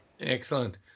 excellent